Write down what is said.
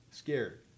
scared